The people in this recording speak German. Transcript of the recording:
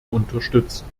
unterstützen